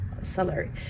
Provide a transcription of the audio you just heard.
salary